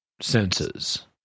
senses